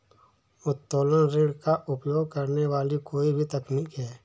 उत्तोलन ऋण का उपयोग करने वाली कोई भी तकनीक है